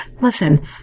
Listen